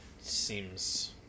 seems